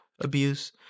abuse